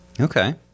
Okay